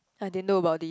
I didn't know about this